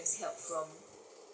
ask help from